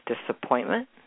disappointment